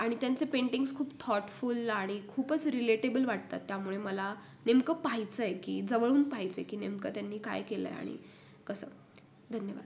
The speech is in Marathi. आणि त्यांचे पेंटिंग्स खूप थॉटफुल आणि खूपच रिलेटेबल वाटतात त्यामुळे मला नेमकं पहायचं आहे की जवळून पाहिचं आहे की नेमकं त्यांनी काय केलं आहे आणि कसं धन्यवाद